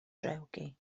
drewgi